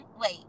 Wait